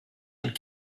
and